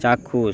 চাক্ষুষ